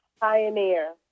Pioneer